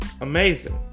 amazing